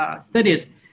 studied